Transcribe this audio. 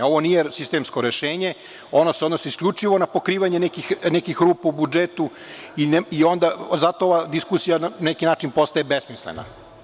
Ovo nije sistemsko rešenje, ono se odnosi isključivo na pokrivanje nekih rupa u budžetu i onda zato ova diskusija na neki način postaje besmislena.